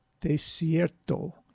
Desierto